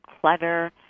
clutter